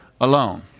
alone